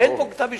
אין פה כתב-אישום.